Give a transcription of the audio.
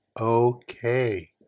okay